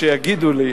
כשיגידו לי.